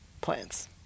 plants